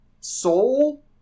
soul